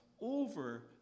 over